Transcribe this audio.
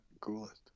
coolest